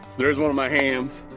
there's one in my hands.